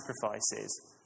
sacrifices